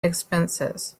expenses